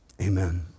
Amen